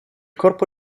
corpo